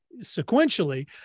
sequentially